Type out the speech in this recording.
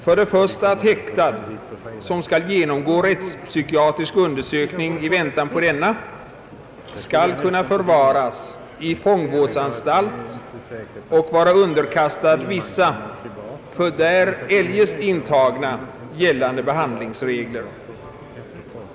För det första skall häktad, som skall genomgå «rättspsykiatrisk undersök ning, i väntan på denna kunna förvaras i fångvårdsanstalt och vara underkastad vissa för där eljest intagna gällande behandlingsregler.